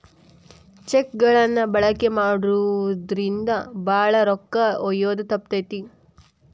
check ಗಳನ್ನ ಬಳಕೆ ಮಾಡೋದ್ರಿಂದ ಭಾಳ ರೊಕ್ಕ ಒಯ್ಯೋದ ತಪ್ತತಿ